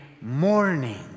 morning